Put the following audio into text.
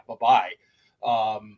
bye-bye